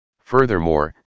Furthermore